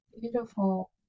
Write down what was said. Beautiful